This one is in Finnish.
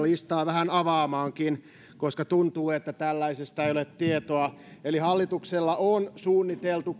listaa vähän avaamaankin koska tuntui että tällaisesta ei ole tietoa eli hallituksella on työllisyystoimista suunniteltu